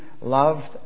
loved